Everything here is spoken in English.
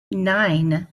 nine